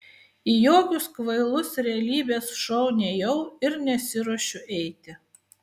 į jokius kvailus realybės šou nėjau ir nesiruošiu eiti